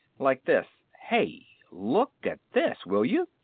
like this hey! look at this, will you!